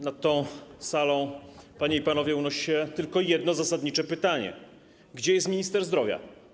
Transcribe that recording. Nad tą salą, panie i panowie, unosi się tylko jedno, zasadnicze pytanie: Gdzie jest minister zdrowia?